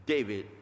David